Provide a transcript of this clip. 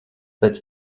pēc